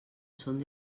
són